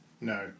No